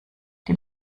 die